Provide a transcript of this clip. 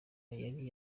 yari